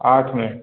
आठ में